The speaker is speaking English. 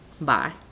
Bye